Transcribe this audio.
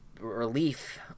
relief